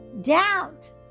doubt